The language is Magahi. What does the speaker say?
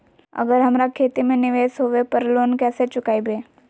अगर हमरा खेती में निवेस होवे पर लोन कैसे चुकाइबे?